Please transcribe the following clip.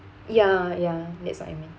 ya ya that's what I mean